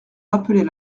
rappeler